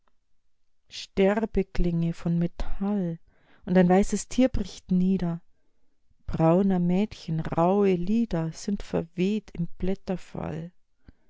nachmittag sterbeklänge von metall und ein weißes tier bricht nieder brauner mädchen rauhe lieder sind verweht im